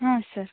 ಹಾಂ ಸರ್